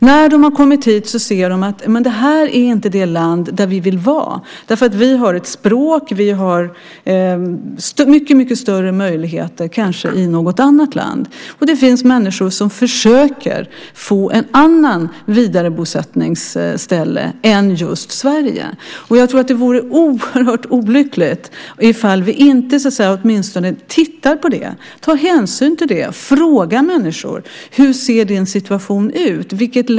När de har kommit hit ser de att det inte är det land där de vill vara för att de har ett språk eller kanske mycket större möjligheter i något annat land. Det finns människor som försöker få ett annat vidarebosättningsställe än just Sverige. Jag tror att det vore oerhört olyckligt ifall vi inte åtminstone tittade på det, tog hänsyn till det och frågade människor: Hur ser din situation ut?